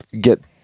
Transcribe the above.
get